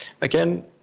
Again